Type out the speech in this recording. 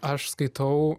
aš skaitau